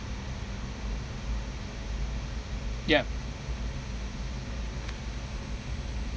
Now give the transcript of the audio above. ya